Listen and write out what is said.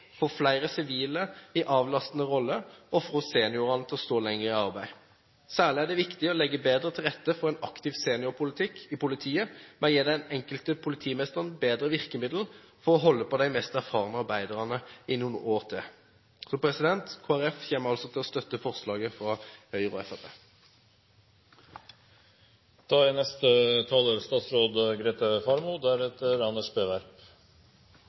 flere sivile i avlastende roller og få seniorene til å stå lenger i arbeid. Særlig er det viktig å legge bedre til rette for en aktiv seniorpolitikk i politiet ved å gi den enkelte politimester bedre virkemiddel for å holde på de mest erfarne arbeiderne i noen år til. Kristelig Folkeparti kommer altså til å støtte forslaget fra Høyre og